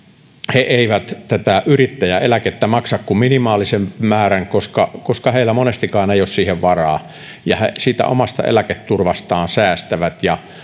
he eivät tätä yrittäjäeläkettä maksa kuin minimaalisen määrän koska koska heillä monestikaan ei ole siihen varaa ja siitä omasta eläketurvastaan säästävät